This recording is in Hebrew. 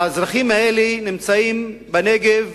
האזרחים האלה נמצאים בנגב